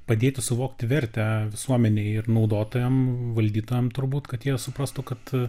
padėti suvokti vertę visuomenei ir naudotojam valdytojam turbūt kad jie suprastų kad